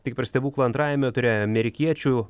tik per stebuklą antrajame ture amerikiečių